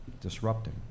disrupting